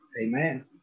Amen